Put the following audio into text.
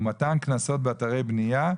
ומתן קנסות באתרי בנייה.